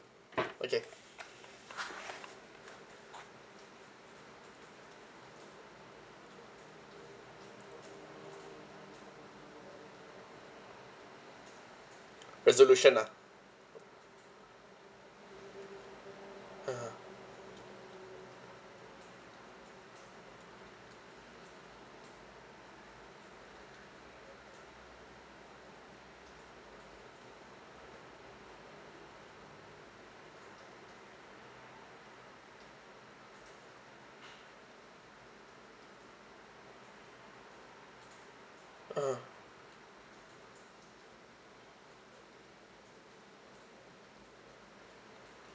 okay resolution ah (uh huh) ah